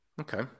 Okay